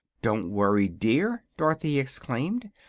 don't worry, dear, dorothy exclaimed,